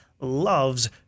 loves